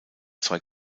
zwei